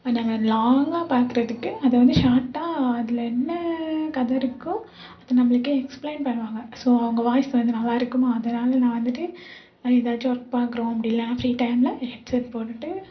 அந்தமாதிரி லாங்காக பார்க்குறதுக்கு அது வந்து சார்ட்டா அதில் என்ன கதை இருக்கோ அதை நம்மளுக்கு எக்ஸ்ப்லைன் பண்ணுவாங்க ஸோ அவங்க வாய்ஸ் வந்து நல்லாயிருக்குமா அதனால நான் வந்துட்டு ஏதாச்சும் ஒர்க் பார்க்குறோம் அப்படி இல்லைன்னா ஃப்ரீ டைம்ல ஹெட்செட் போட்டுகிட்டு